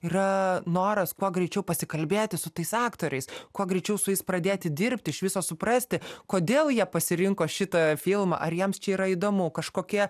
yra noras kuo greičiau pasikalbėti su tais aktoriais kuo greičiau su jais pradėti dirbti iš viso suprasti kodėl jie pasirinko šitą filmą ar jiems čia yra įdomu kažkokie